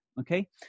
Okay